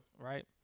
right